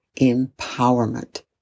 empowerment